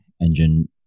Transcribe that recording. engine